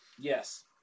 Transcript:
Yes